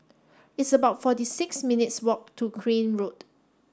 it's about forty six minutes' walk to Crane Road